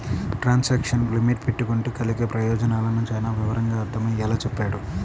transaction limit పెట్టుకుంటే కలిగే ప్రయోజనాలను చానా వివరంగా అర్థమయ్యేలా చెప్పాడు